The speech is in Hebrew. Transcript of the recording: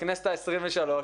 בכנסת ה-23,